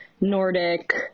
Nordic